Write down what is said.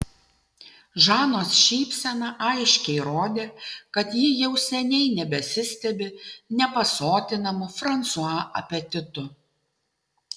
žanos šypsena aiškiai rodė kad ji jau seniai nebesistebi nepasotinamu fransua apetitu